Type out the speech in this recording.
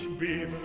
be